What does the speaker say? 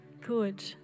Good